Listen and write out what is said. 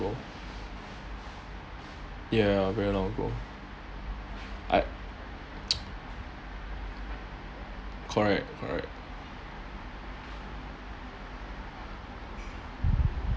ya very long ago I correct correct